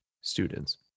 students